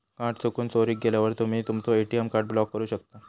card चुकून, चोरीक गेल्यावर तुम्ही तुमचो ए.टी.एम कार्ड ब्लॉक करू शकता